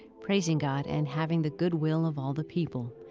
praising god and having the goodwill of all the people.